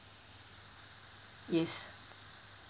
yes